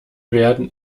werden